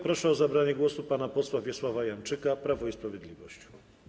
Proszę o zabranie głosu pana posła Wiesława Janczyka, Prawo i Sprawiedliwość.